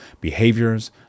behaviors